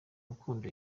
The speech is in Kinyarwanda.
gukunda